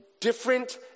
different